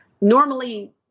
normally